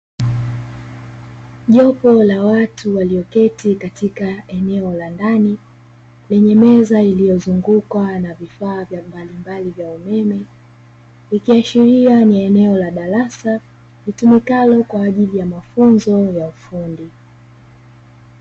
Jopo la watu walioketi katika eneo la ndani lenye meza iliyozungukwa na vifaa vya mbalimbali vya umeme, likiashiria ni eneo la darasa litumikalo kwa ajili ya mafunzo ya ufundi.